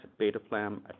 Betaflam